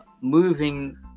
moving